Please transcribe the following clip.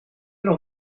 nog